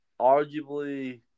arguably